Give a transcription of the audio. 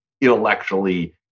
intellectually